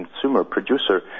consumer-producer